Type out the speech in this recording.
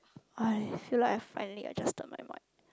I feel like I finally adjusted my mic